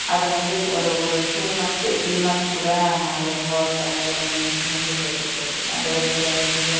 அது வந்து ஒரு ஒரு டூ மந்த்து த்ரீ மந்த்து கூட நான் ஒழுங்கா ஒர்க் பண்ணவே இல்லை அந்த மிஷின் வந்து கெட்டுப்போச்சு அது வந்துட்டு இந்தியா